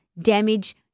damage